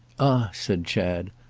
ah, said chad,